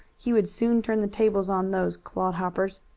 he would soon turn the tables on those clodhoppers.